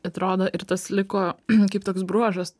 atrodo ir tas liko kaip toks bruožas